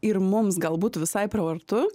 ir mums gal būtų visai pravartu